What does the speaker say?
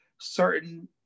certain